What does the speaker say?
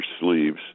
sleeves